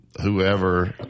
whoever